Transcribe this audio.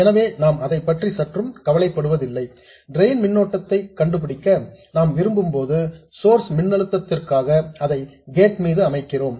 எனவே நாம் அதைப்பற்றி சற்றும் கவலைப்படுவதில்லை டிரெயின் மின்னோட்டத்தை கண்டுபிடிக்க விரும்பும்போது சோர்ஸ் மின்னழுத்தத்திற்காக அதை கேட் மீது அமைக்கிறோம்